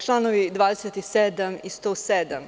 Članovi 27. i 107.